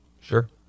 Sure